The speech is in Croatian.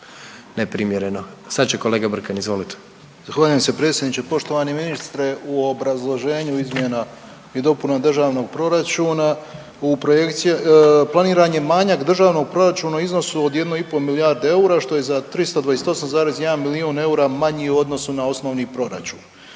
neprimjereno. Sad će kolega Brkan, izvolite. **Brkan, Jure (HDZ)** Zahvaljujem se predsjedniče. Poštovani ministre u obrazloženju izmjena i dopuna Državnog proračuna u projekciji, planiran je manjak Državnog proračuna u iznosu od 1,5 milijarde eura što je za 328,1 milijun eura manji u odnosu na osnovni proračun.